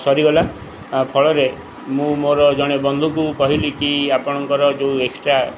ସରିଗଲା ଫଳରେ ମୁଁ ମୋର ଜଣେ ବନ୍ଧୁକୁ କହିଲି କିି ଆପଣଙ୍କର ଯେଉଁ ଏକ୍ସଟ୍ରା